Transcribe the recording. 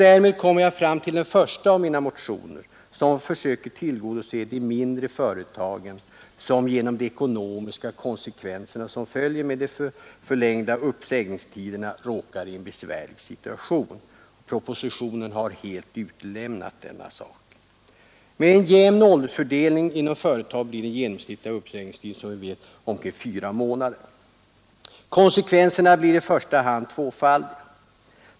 Därmed kommer jag fram till den första av mina motioner som försöker tillgodose de mindre företagen, som genom de ekonomiska konsekvenser som följer med de förlängda uppsägningstiderna råkar i en besvärlig situation. Propositionen har helt utelämnat denna sak. Med en jämn åldersfördelning inom företaget blir den genomsnittliga uppsägningstiden omkring 4 månader. Konsekvenserna blir i första hand tvåfaldiga.